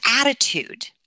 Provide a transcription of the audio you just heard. attitude